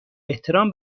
احترام